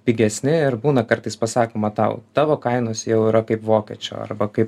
pigesni ir būna kartais pasakoma tau tavo kainos jau yra kaip vokiečio arba kaip